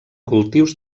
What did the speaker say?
cultius